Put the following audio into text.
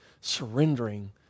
surrendering